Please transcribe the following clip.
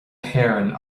héireann